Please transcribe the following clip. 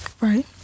Right